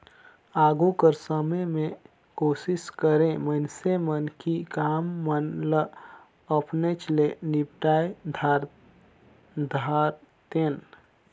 आघु कर समे में कोसिस करें मइनसे मन कि काम मन ल अपनेच ले निपटाए धारतेन